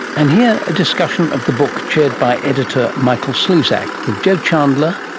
and here a discussion of the book chaired by editor michael slezak, with jo chandler,